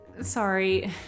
Sorry